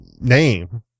name